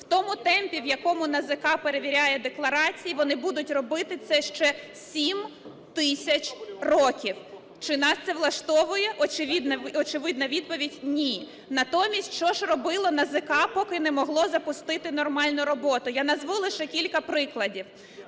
В тому темпі, в якому НАЗК перевіряє декларації, вони будуть робити ще 7 тисяч років. Чи нас це влаштовує? Очевидна відповідь – ні. Натомість, що ж робило НАЗК, поки не могло запустити нормальну роботу я назву лише кілька прикладів.